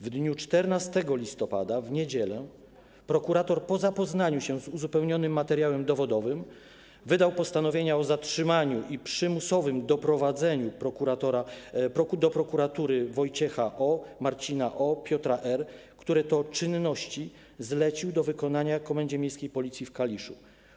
W dniu 14 listopada, w niedzielę, prokurator po zapoznaniu się z uzupełnionym materiałem dowodowym wydał postanowienia o zatrzymaniu i przymusowym doprowadzeniu do prokuratury Wojciecha O., Marcina O., Piotra R., które to czynności zlecił do wykonania Komendzie Miejskiej Policji w Kaliszu.